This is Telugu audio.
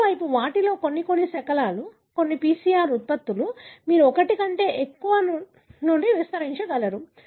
మరోవైపు వాటిలో కొన్ని కొన్ని శకలాలు కొన్ని PCR ఉత్పత్తులు మీరు ఒకటి కంటే ఎక్కువ నుండి విస్తరించగలరు